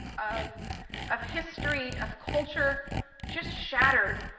of of history, of culture just shattered,